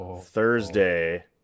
Thursday